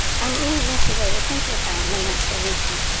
and even this is oversimplifying the matter a little.